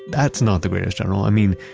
that's not the greatest general. i mean,